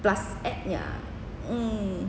plus at ya mm